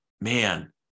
man